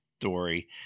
story